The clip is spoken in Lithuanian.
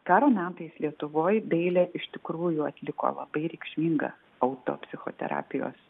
karo metais lietuvoj dailė iš tikrųjų atliko labai reikšmingą auto psichoterapijos